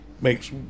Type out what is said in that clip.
makes